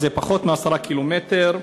פחות מ-10 קילומטר,